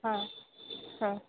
ಹಾಂ ಹಾಂ